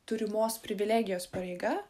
turimos privilegijos pareiga